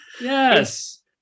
Yes